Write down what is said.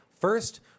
First